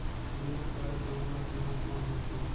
बीमा करे के उम्र सीमा कौन होथे?